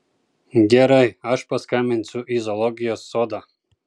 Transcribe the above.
gerai aš paskambinsiu į zoologijos sodą